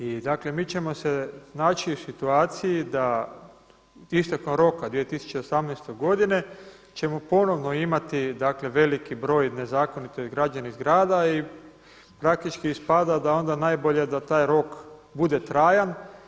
I dakle mi ćemo se naći u situaciji da istekom roka 2018. godine ćemo ponovno imati dakle veliki broj nezakonito izgrađenih zgrada i praktički ispada da onda najbolje da taj rok bude trajan.